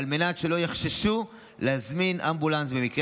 על מנת שלא יחששו להזמין אמבולנס במקרה